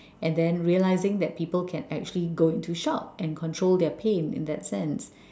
and then realizing that people can actually go into shock and control their pain in that sense